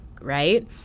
right